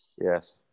Yes